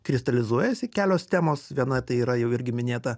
kristalizuojasi kelios temos viena tai yra jau irgi minėta